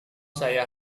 saya